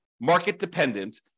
market-dependent